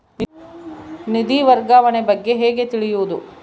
ನಿಧಿ ವರ್ಗಾವಣೆ ಬಗ್ಗೆ ಹೇಗೆ ತಿಳಿಯುವುದು?